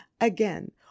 Again